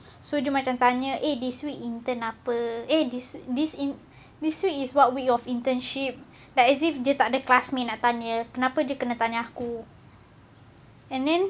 so dia macam tanya eh this week intern apa eh this this week is what week of internship like as if he tak ada classmate nak tanya kenapa dia kena tanya aku and then